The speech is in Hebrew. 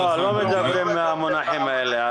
לא, לא מדברים במונחים האלה.